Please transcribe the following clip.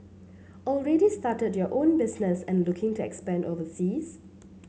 already started your own business and looking to expand overseas